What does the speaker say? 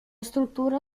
struttura